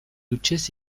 hutsez